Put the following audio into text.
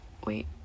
wait